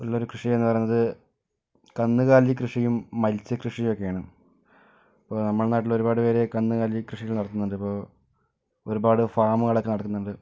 ഉള്ളൊരു കൃഷിയെന്ന് പറയുന്നത് കന്ന്കാലി കൃഷിയും മൽസ്യ കൃഷിയും ഒക്കെയാണ് അപ്പോൾ നമ്മടെ നാട്ടിലൊരുപാട് പേര് കന്ന്കാലി കൃഷി ഒക്കെ നടത്തുന്നുണ്ട് ഇപ്പോൾ ഒരുപാട് ഫാമുകളക്കെ നടക്കുന്നുണ്ട്